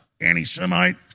anti-Semite